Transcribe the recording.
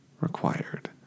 required